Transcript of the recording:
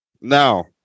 Now